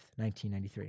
1993